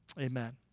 Amen